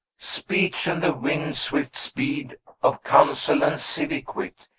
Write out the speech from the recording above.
speech and the wind-swift speed of counsel and civic wit,